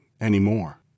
anymore